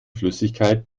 flüssigkeit